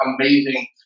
amazing